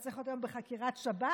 היה צריך להיות היום בחקירת שב"כ?